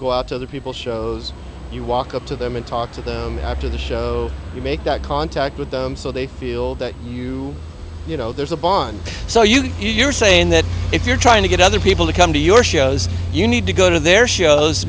go out to other people shows you walk up to them and talk to them after the show you make contact with them so they feel that you you know there's a bond so you think you're saying that if you're trying to get other people to come to your shows you need to go to their shows